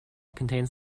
contains